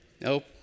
Nope